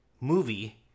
movie